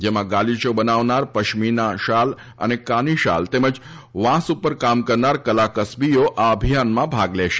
જેમાં ગાલિયો બનાવનાર પશ્મીના અને કાની શાલ તેમજ વાંસ ઉપર કામ કરનાર અને કસ્બીઓ આ અભિયાનમાં ભાગ લેશે